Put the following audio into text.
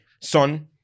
Son